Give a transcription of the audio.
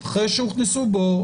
אחרי שהוכנסו בו